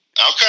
Okay